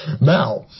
Now